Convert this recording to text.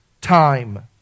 time